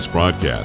broadcast